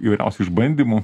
įvairiausių išbandymų